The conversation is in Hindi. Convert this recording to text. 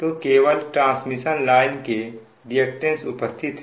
तो केवल ट्रांसमिशन लाइन का रिएक्टेंस उपस्थित है